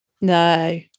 No